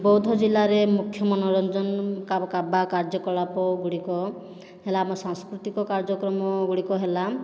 ବଉଦ ଜିଲ୍ଲାରେ ମୁଖ୍ୟ ମନୋରଞ୍ଜନ ବା କାର୍ଯ୍ୟକଳାପ ଗୁଡ଼ିକ ହେଲା ଆମ ସାଂସ୍କୃତିକ କାର୍ଯ୍ୟକ୍ରମ ଗୁଡ଼ିକ ହେଲା